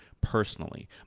personally